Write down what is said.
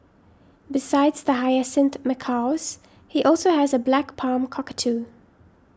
besides the hyacinth macaws he also has a black palm cockatoo